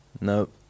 Nope